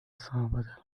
صعبة